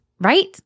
right